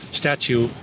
statue